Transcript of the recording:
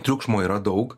triukšmo yra daug